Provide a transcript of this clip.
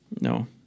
No